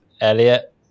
elliot